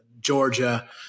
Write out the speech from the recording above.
Georgia